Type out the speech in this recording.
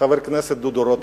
חבר הכנסת דודו רותם.